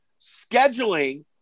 scheduling